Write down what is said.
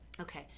Okay